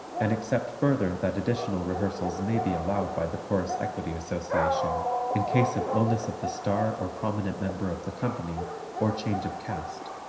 and except further that additional rehearsals may be allowed by the chorus equity association in case of illness of the star or prominent member of the company or change of cast.